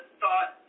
thought